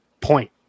Point